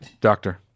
doctor